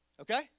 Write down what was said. Okay